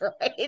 right